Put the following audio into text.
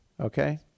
Okay